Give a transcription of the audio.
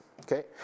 Okay